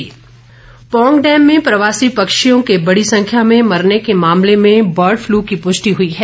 Pong Dam Pong dam में प्रवासी पक्षियों के बडी संख्या में मरने के मामले में बर्डफ्लू की पूष्टि हुई है